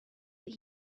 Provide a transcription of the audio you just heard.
that